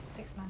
fix mah